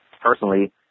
personally